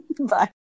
Bye